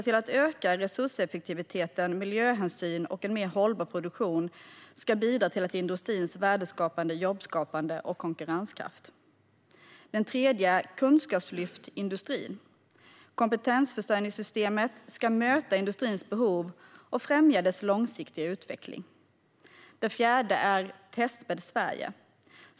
Ökad resurseffektivitet, miljöhänsyn och en mer hållbar produktion ska bidra till industrins värdeskapande, jobbskapande och konkurrenskraft. Det tredje är: Kunskapslyft industri. Kompetensförsörjningssystemet ska möta industrins behov och främja dess långsiktiga utveckling. Det fjärde är: Testbädd Sverige.